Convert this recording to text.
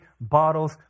bottles